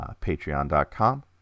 patreon.com